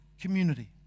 community